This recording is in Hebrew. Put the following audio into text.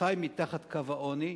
חי מתחת קו העוני,